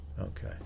Okay